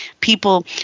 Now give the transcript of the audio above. people